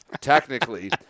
Technically